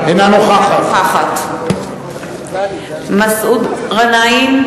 אינה נוכחת מסעוד גנאים,